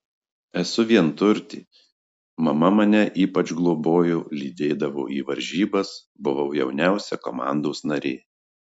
esu vienturtė mama mane ypač globojo lydėdavo į varžybas buvau jauniausia komandos narė